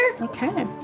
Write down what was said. Okay